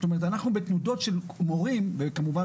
זאת אומרת אנחנו בתנודות של מורים וכמובן